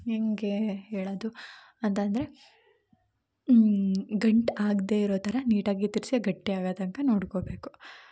ಹೆಂಗೆ ಹೇಳದು ಅಂತಂದರೆ ಗಂಟು ಆಗದೇ ಇರೋಥರ ನೀಟಾಗಿ ತಿರುಗ್ಸಿ ಗಟ್ಟಿ ಆಗೋ ತನಕ ನೋಡಿಕೊಬೇಕು